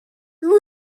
you